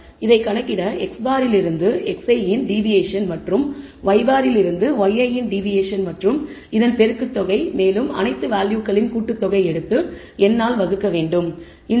இதை கணக்கிட x̅ இலிருந்து xi இன் டிவியேஷன் மற்றும் y̅ இலிருந்து yi இன் டிவியேஷன் மற்றும் இதன் பெருக்குத் தொகை மேலும் அனைத்து வேல்யூகளின் கூட்டுத்தொகை எடுத்து n ஆல் வகுக்கிறோம்